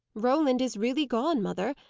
roland is really gone mother.